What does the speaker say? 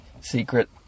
secret